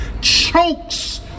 chokes